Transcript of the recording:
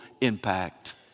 impact